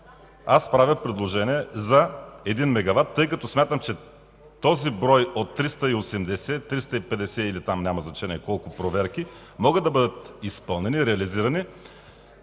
Аз правя предложение за 1 мегават, тъй като смятам, че този брой от 380, 350 – няма значение колко проверки, могат да бъдат изпълнени, реализирани